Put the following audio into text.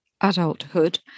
adulthood